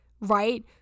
right